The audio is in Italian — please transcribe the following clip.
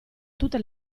tutte